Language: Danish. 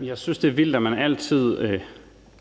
Jeg synes, det er vildt, at man altid